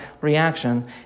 reaction